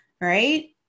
right